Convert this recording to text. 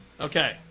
Okay